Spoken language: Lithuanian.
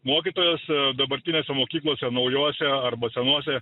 mokytojas dabartinėse mokyklose naujose arba senose